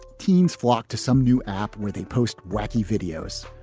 teens flock to some new app where they post wacky videos.